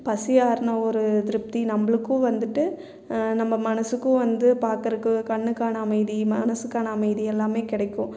பசியாறின ஒரு திருப்தி நம்மளுக்கும் வந்துட்டு நம்ம மனசுக்கும் வந்து பார்க்கறக்கு கண்ணுக்கான அமைதி மனசுக்கான அமைதி எல்லாமே கிடைக்கும்